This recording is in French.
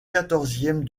quatorzième